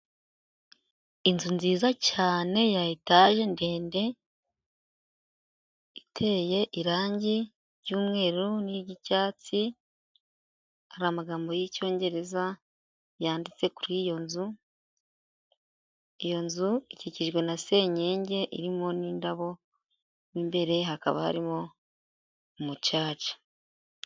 Inzu nziza cyane ya etaje ndende iteye irange ry'umweru n'iry'icyatsi hari amagambo y'icyongereza yanditse kuri iyo nzu, iyo nzu ikikijwe na senyenge irimo n'indabo, imbere hakaba harimo umucaca.